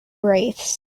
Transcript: wraiths